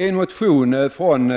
En motion från